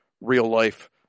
real-life